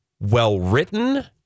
well-written